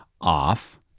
off